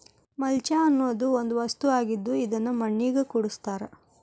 mulch ಅನ್ನುದು ಒಂದ ವಸ್ತು ಆಗಿದ್ದ ಇದನ್ನು ಮಣ್ಣಿಗೆ ಕೂಡಸ್ತಾರ